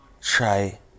try